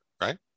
right